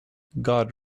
god